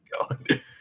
God